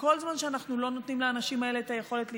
וכל זמן שאנחנו לא נותנים לאנשים האלה את היכולת להשתלב,